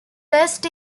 west